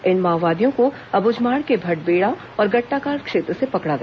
इन माओवादियों को अबूझमाड़ के भटबेड़ा और गट्टाकाल क्षेत्र से पकड़ा गया